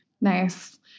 Nice